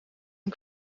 een